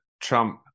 Trump